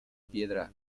piedra